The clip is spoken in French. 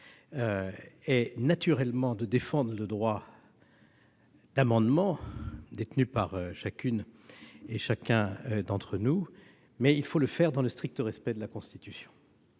est naturellement de défendre le droit d'amendement détenu par chacune et chacun d'entre nous, mes chers collègues, mais il faut le faire dans le strict respect de la Constitution.